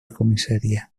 comisaría